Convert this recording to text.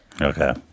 okay